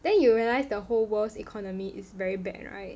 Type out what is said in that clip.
then you realise the whole world's economy is very bad right